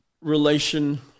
relation